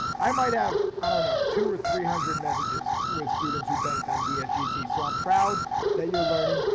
i might have i don't know two or three hundred messages with students who banked on dsgt, so i'm proud that you're learning.